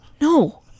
No